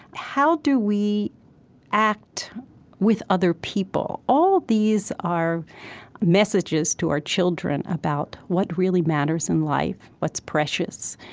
how do we act with other people? all of these are messages to our children about what really matters in life, what's precious,